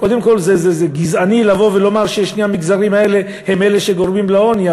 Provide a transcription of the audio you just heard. קודם כול זה גזעני לבוא ולומר ששני המגזרים האלה הם אלה שגורמים לעוני,